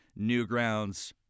Newgrounds